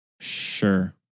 Sure